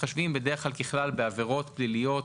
מתחשבים בדרך כלל בעבירות פליליות,